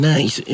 Nice